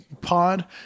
pod